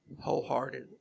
wholehearted